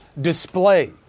display